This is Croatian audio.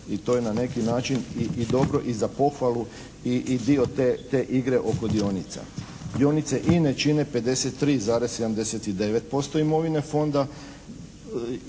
I to je na neki način i dobro i za pohvalu i dio te igre oko dionica. Dionice INA-e čine 53,79% imovine Fonda